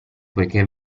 poiché